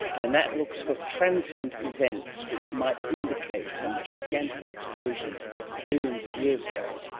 and that looks for transient events which might indicate some gigantic explosion billions of years ago.